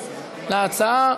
אז אנחנו עוברים, אם כן, להצבעה,